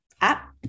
app